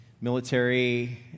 military